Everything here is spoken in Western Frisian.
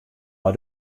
mei